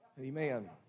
Amen